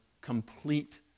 complete